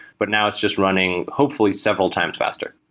but now it's just running hopefully several times faster.